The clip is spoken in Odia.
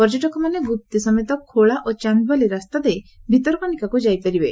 ପର୍ଯ୍ୟଟକମାନେ ଗୁପ୍ତି ସମେତ ଖୋଳା ଓ ଚାଦବାଲି ରାସ୍ତା ଦେଇ ଭିତରକନିକାକୁ ଯାଇପାରିବେ